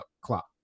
clock